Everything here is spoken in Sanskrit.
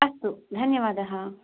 अस्तु धन्यवादः